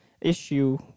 issue